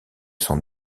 son